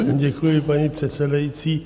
Děkuji, paní předsedající.